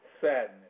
sadness